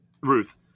Ruth